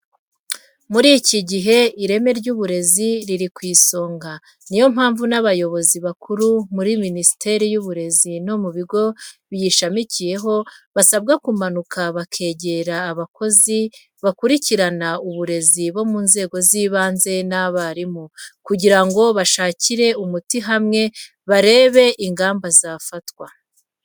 Muri iki gihe, ireme ry'uburezi riri ku isonga, ni yo mpamvu n'abayobozi bakuru muri Minisiteri y'Uburezi no mu bigo biyishamikiyeho, basabwa kumanuka bakegera abayobozi bakurikirana uburezi bo mu nzego z'ibanze n'abarimu, kugira ngo bashakire umuti hamwe, barebe ingamba zafatwa.